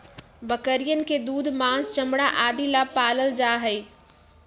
बकरियन के दूध, माँस, चमड़ा आदि ला पाल्ल जाहई